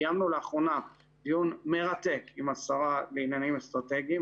קיימנו לאחרונה דיון מרתק עם השרה לעניינים אסטרטגיים,